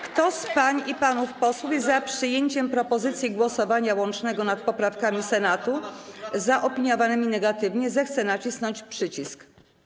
Kto z pań i panów posłów jest za przyjęciem propozycji głosowania łącznego nad poprawkami Senatu zaopiniowanymi negatywnie, zechce nacisnąć przycisk.